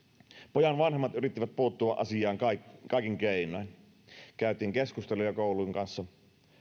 pojan vanhemmat yrittivät puuttua asiaan kaikin kaikin keinoin käytiin keskusteluja koulun kanssa